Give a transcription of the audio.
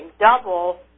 double